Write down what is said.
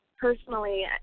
personally